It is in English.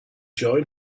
join